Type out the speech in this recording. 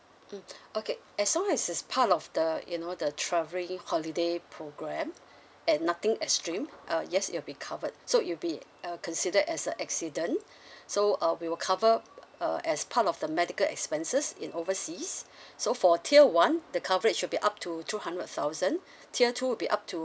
mm okay as long as it's part of the you know the travelling holiday programme and nothing extreme uh yes it'll be covered so it'll be uh considered as a accident so uh we will cover uh as part of the medical expenses in overseas so for tier one the coverage will be up to two hundred thousand tier two will be up to